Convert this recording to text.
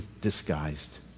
disguised